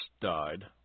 died